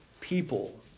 people